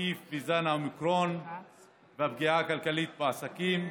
נגיף זן האומיקרון והפגיעה הכלכלית בעסקים.